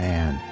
Man